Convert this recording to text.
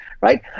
right